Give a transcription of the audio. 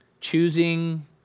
choosing